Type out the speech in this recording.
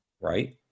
Right